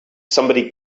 somebody